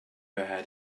ahead